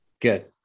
Good